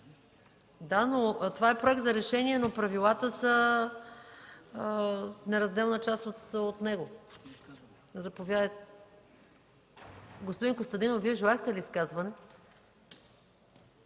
с него. Това е проект за решение, но правилата са неразделна част от него. Господин Костадинов, желаете ли изказване?